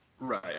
Right